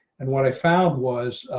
and what i found was